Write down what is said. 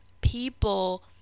people